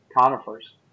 conifers